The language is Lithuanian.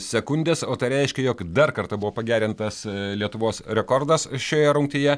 sekundės o tai reiškia jog dar kartą buvo pagerintas lietuvos rekordas šioje rungtyje